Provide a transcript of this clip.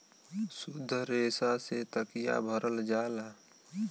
सुद्ध रेसा से तकिया भरल जाला